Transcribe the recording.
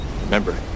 Remember